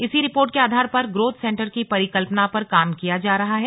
इसी रिपोर्ट के आधार पर ग्रोथ सेंटर की परिकल्पना पर काम किया जा रहा है